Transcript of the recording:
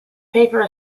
paper